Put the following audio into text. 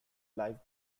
live